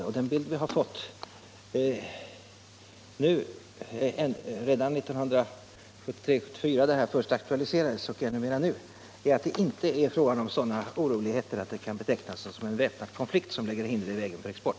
Och den bild vi har fått — vi fick den redan 1974, då frågan först aktualiserades, och vår uppfattning har blivit ännu mer stärkt — är att det inte är fråga om sådana oroligheter att det kan betecknas som en väpnad konflikt, som lägger hinder i vägen för export.